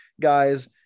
guys